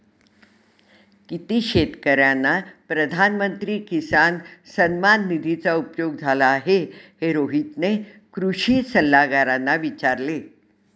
किती शेतकर्यांना प्रधानमंत्री किसान सन्मान निधीचा उपयोग झाला आहे, हे रोहितने कृषी सल्लागारांना विचारले